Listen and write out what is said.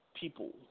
people